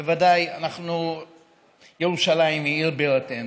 בוודאי, ירושלים היא עיר בירתנו,